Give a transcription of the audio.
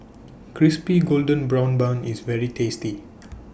Crispy Golden Brown Bun IS very tasty